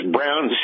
Brown